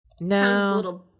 No